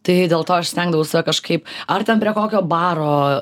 tai dėl to aš stengdavaus save kažkaip ar ten prie kokio baro